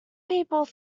people